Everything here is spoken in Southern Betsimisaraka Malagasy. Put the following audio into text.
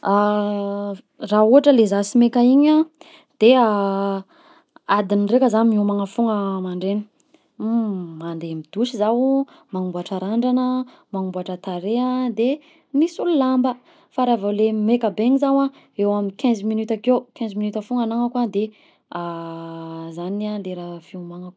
Raha ohatra le zah sy meka igny a, deha adiny raika zah miomagna foagna mandraigna mandeha amy douche zaho, magnamboatra randrana, magnamboatra tarehy a de misolo lamba, fa raha vao le maika be igny zaho a eo amy quinze minutes akeo, quinze minutes foagna agnagnako a de zany a le raha fiomagnako.